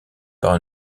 par